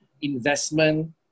investment